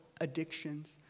addictions